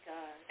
God